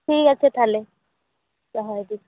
ᱴᱷᱤᱠ ᱟᱪᱷᱮ ᱛᱟᱦᱚᱞᱮ ᱫᱚᱦᱚᱭᱤᱫᱟᱹᱧ